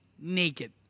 naked